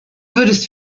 würdest